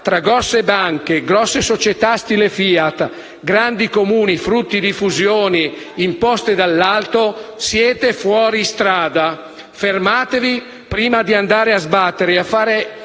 tra grosse banche, grosse società stile FIAT, grandi Comuni, frutto di fusioni imposte dall'alto, siete fuori strada. Fermatevi prima di andare a sbattere e di far